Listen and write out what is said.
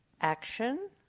action